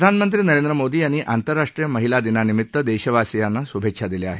प्रधानमंत्री नरेद्र मोदी यांनी आंतरराष्ट्रीय महिला दिनानिमित्त देशवासियांना शुभेच्छा दिल्या आहेत